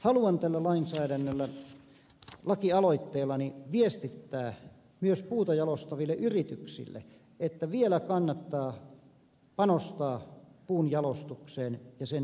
haluan tällä lainsäädännöllä lakialoitteellani viestittää myös puuta jalostaville yrityksille että vielä kannattaa panostaa puunjalostukseen ja sen innovaatioihin